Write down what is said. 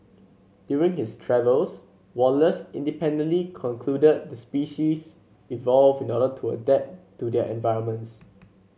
during his travels Wallace independently concluded the species evolve in order to adapt to their environments